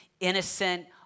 innocent